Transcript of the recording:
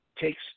takes